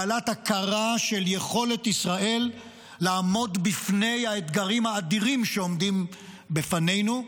בעלת הכרה של יכולת ישראל לעמוד בפני האתגרים האדירים שעומדים בפנינו,